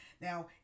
Now